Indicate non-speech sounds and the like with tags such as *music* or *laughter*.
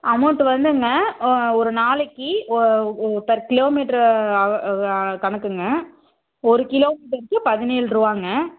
amount வந்துங்க ஒரு நாளைக்கு ஓ ஓ பர் கிலோமீட்ரு ஹவ *unintelligible* கணக்குங்க ஒரு கிலோமீட்டருக்கு பதினேழுருவாங்க